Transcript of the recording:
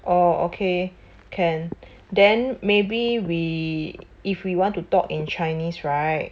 orh okay can then maybe we if we want to talk in Chinese right